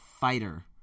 fighter